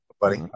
buddy